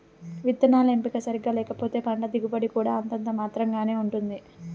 విత్తనాల ఎంపిక సరిగ్గా లేకపోతే పంట దిగుబడి కూడా అంతంత మాత్రం గానే ఉంటుంది